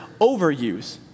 overuse